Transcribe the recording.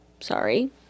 Sorry